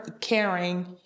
caring